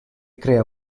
crea